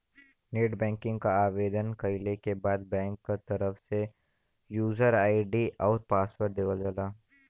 net banking क आवेदन कइले के बाद बैंक क तरफ से यूजर आई.डी आउर पासवर्ड देवल जाला